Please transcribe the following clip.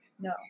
No